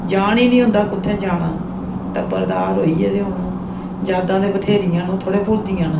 जान ई निं होंदा कुत्थै जाना टब्बरदार होई गेदे हुन जादां ते बत्थेरियां न ओह् थोह्ड़े भुलदियां न